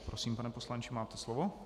Prosím, pane poslanče, máte slovo.